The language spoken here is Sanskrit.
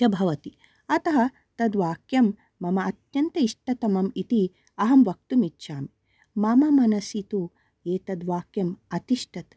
च भवति अतः तद्वाक्यं मम अत्यन्त इष्टतमम् इति अहं वक्तुम् इच्छामि मम मनसि तु एतद् वाक्यम् अतिष्ठत्